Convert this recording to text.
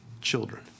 children